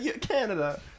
Canada